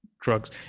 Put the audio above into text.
drugs